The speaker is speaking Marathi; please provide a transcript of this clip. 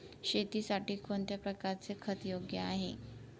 शेतीसाठी कोणत्या प्रकारचे खत योग्य आहे?